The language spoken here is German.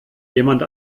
jemand